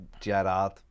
Gerard